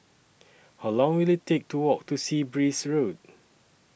How Long Will IT Take to Walk to Sea Breeze Road